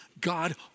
God